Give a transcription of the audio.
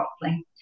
properly